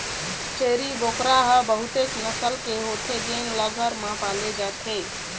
छेरी बोकरा ह बहुतेच नसल के होथे जेन ल घर म पाले जाथे